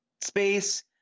space